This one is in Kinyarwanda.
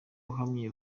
uhamye